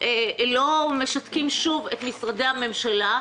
לא משתקים שוב את משרדי הממשלה,